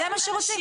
זה מה שרוצים.